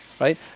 right